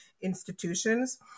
institutions